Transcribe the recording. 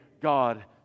God